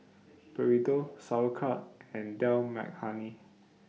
Burrito Sauerkraut and Dal Makhani